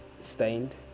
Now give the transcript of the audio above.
stained